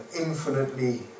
infinitely